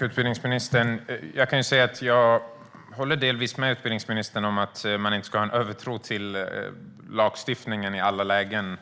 Herr talman! Jag håller delvis med utbildningsministern om att man inte ska ha en övertro på lagstiftningen i alla lägen.